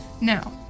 Now